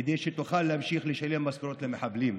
כדי שתוכל להמשיך לשלם משכורות למחבלים.